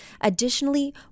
Additionally